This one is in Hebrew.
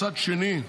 מצד שני,